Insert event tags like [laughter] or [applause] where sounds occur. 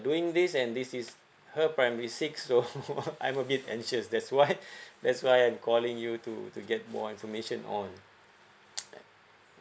doing this and this is her primary six so [laughs] I'm a bit anxious that's why that's why I'm calling you to to get more information on